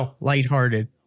lighthearted